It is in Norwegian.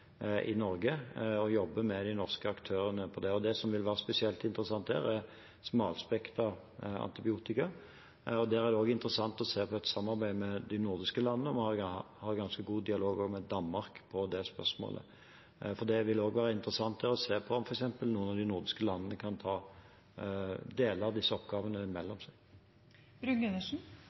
i Norge, og jobber med de norske aktørene, og det som vil være spesielt interessant, er smalspektret antibiotika. Der er det også interessant å se på et samarbeid med de nordiske landene – vi har en ganske god dialog med Danmark om dette spørsmålet. Det vil også være interessant å se på om noen av de nordiske landene kan dele disse oppgavene mellom